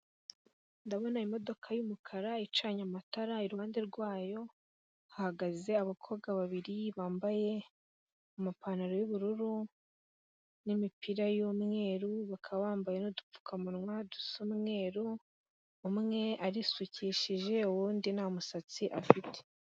Ndabona imodoka y'umukara icanye amatara, i ruhande rwayo hahagaze abakobwa babiri bambaye amapantaro y'ubururu n'imipira y'umweru, bakaba bambaye n'udupfukamunwa dusa umweru, umwe arisukishije ubundi nta musatsi afite.